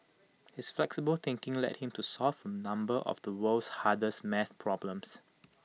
his flexible thinking led him to solve A number of the world's hardest math problems